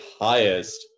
highest